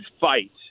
fight